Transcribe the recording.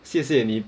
谢谢你